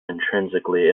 intrinsically